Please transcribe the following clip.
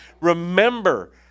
remember